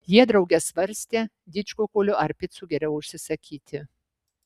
jie drauge svarstė didžkukulių ar picų geriau užsisakyti